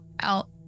out